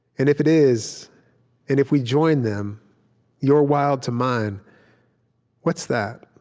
and if it is and if we join them your wild to mine what's that?